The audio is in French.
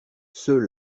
ceux